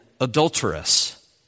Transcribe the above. adulteress